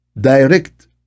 direct